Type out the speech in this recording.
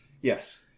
Yes